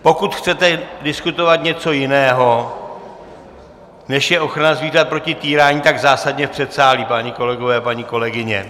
Pokud chcete diskutovat něco jiného, než je ochrana zvířat proti týrání, tak zásadně v předsálí, páni kolegové, paní kolegyně.